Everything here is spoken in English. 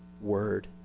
word